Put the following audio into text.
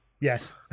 Yes